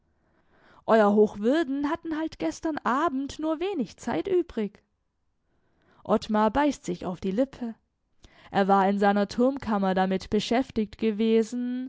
euer hochwürden hatten halt gestern abend nur wenig zeit übrig ottmar beißt sich auf die lippe er war in seiner turmkammer damit beschäftigt gewesen